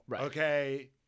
Okay